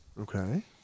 Okay